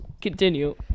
continue